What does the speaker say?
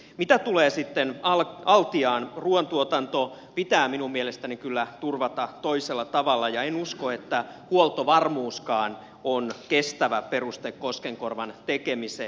mitä tulee sitten altiaan niin ruuantuotanto pitää minun mielestäni kyllä turvata toisella tavalla ja en usko että huoltovarmuuskaan on kestävä peruste koskenkorvan tekemiseen